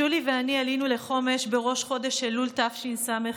שולי ואני עלינו לחומש בראש חודש אלול תשס"ג,